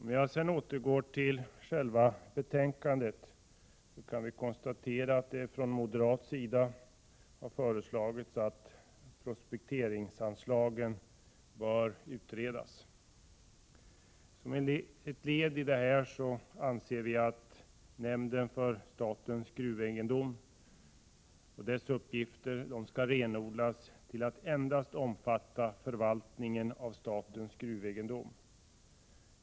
För att återgå till själva betänkandet kan jag konstatera att vi moderater har föreslagit att frågan om prospekteringsanslagen utreds. Som ett led i detta arbete anser vi att nämnden för statens gruvegendom och dess uppgifter skall renodlas till att endast omfatta förvaltningen av statens gruvegendom.